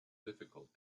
difficult